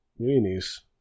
weenies